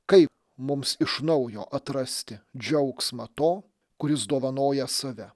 kaip mums iš naujo atrasti džiaugsmą to kuris dovanoja save